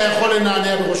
אתה יכול לנענע בראשך,